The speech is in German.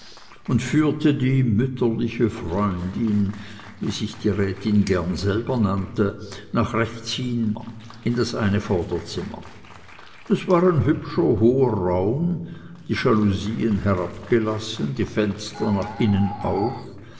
und führte die mütterliche freundin wie sich die rätin gern selber nannte nach rechts hin in das eine vorderzimmer dies war ein hübscher hoher raum die jalousien herabgelassen die fenster nach innen auf